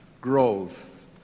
growth